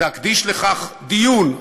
תקדיש לכך דיון.